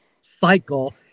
cycle